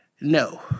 No